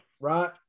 right